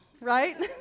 right